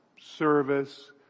service